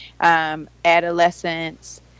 adolescents